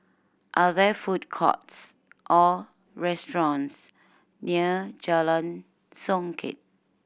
are there food courts or restaurants near Jalan Songket